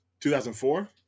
2004